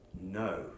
No